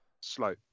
Slow